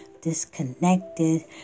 disconnected